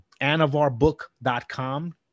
anavarbook.com